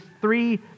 three